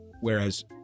Whereas